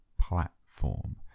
platform